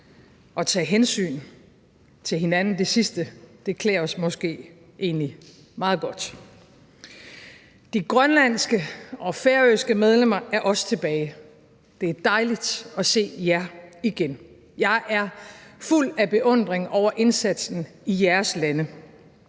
og tage hensyn til hinanden – det sidste klæder os måske egentlig meget godt. De grønlandske og færøske medlemmer er også tilbage. Det er dejligt at se jer igen. Jeg er fuld af beundring over indsatsen i jeres lande.